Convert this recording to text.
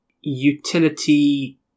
utility